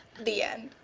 the end.